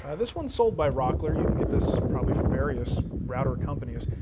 ah this one's sold by rockler. you can get this probably from various router companies,